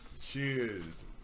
Cheers